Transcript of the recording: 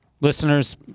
Listeners